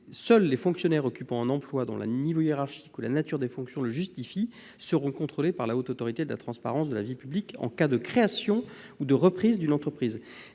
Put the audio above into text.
seuls « les fonctionnaires occupant un emploi dont le niveau hiérarchique ou la nature des fonctions le justifient » seront contrôlés par la Haute Autorité pour la transparence de la vie publique en cas de création ou de reprise d'une entreprise.